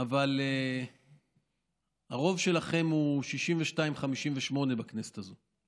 אבל הרוב שלכם הוא 58:62 בכנסת הזאת.